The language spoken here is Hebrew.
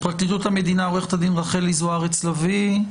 מפרקליטות המדינה עורכת הדין רחלי זוארץ לוי,